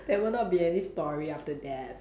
there will not be any story after that